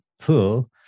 pool